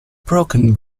broken